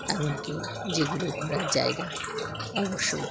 এমন কি যেগুলো ঘোরার জায়গা অবশ্যই